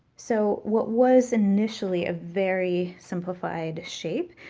so what was initially a very simplified shape,